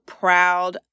proud